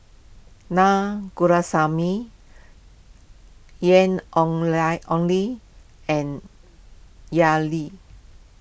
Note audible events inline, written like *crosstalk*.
Na *unintelligible* Ian Ong *unintelligible* Ong Li and Yao Li